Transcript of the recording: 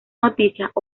noticias